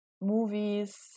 movies